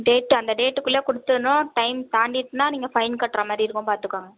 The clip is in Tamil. டேட் அந்த டேட்டுக்குள்ளே கொடுத்துறணும் டைம் தாண்டிட்டுன்னா நீங்கள் ஃபைன் கட்டுற மாரி இருக்கும் பார்த்துக்கோங்க